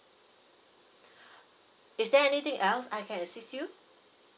is there anything else I can assist you